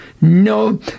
no